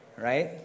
right